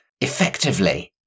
effectively